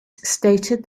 stated